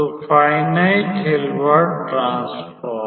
तो finite Hilbert transform